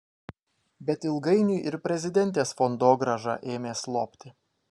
bet ilgainiui ir prezidentės fondogrąža ėmė slopti